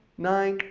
nine,